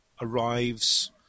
arrives